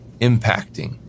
impacting